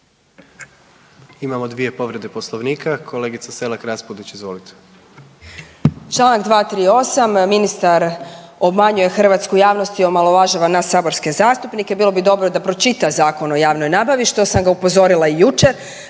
Imamo 2 povrede Poslovnika. Kolegica Selak Raspudić, izvolite. **Selak Raspudić, Marija (Nezavisni)** Članak 238. ministar obmanjuje hrvatsku javnost i omalovažava nas saborske zastupnike, bilo bi dobro da pročita Zakon o javnoj nabavi što sam ga upozorila i jučer.